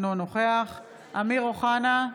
אינו נוכח אמיר אוחנה,